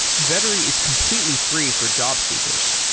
vettery is completely free for job seekers.